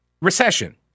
recession